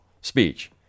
speech